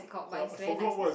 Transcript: uh I forgot what